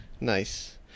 nice